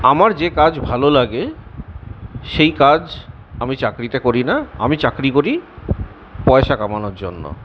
আমার যে কাজ ভালো লাগে সেই কাজ আমি চাকরিতে করি না আমি চাকরি করি পয়সা কামানোর জন্য